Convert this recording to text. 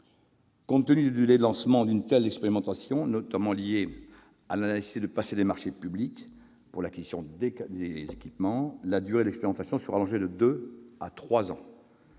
Compte tenu des délais de lancement d'une telle expérimentation, notamment liés à la nécessité de passer des marchés publics pour l'acquisition des équipements, la durée de l'expérimentation sera allongée de deux ans